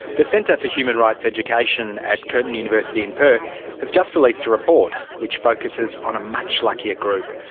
the centre for human rights education at curtin university in perth has just released a report which focuses on a much luckier group,